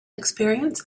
experience